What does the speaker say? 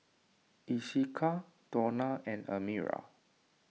Esequiel Donny and Amira